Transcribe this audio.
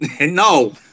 No